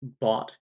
bought